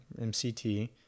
MCT